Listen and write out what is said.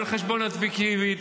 על החשבוניות הפיקטיביות,